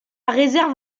réserve